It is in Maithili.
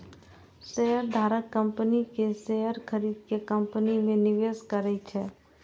शेयरधारक कंपनी के शेयर खरीद के कंपनी मे निवेश करै छै